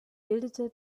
bildete